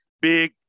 big